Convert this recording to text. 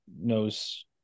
knows